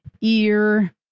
ear